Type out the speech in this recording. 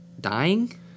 dying